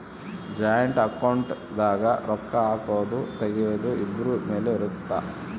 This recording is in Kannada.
ಜಾಯಿಂಟ್ ಅಕೌಂಟ್ ದಾಗ ರೊಕ್ಕ ಹಾಕೊದು ತೆಗಿಯೊದು ಇಬ್ರು ಮೇಲೆ ಇರುತ್ತ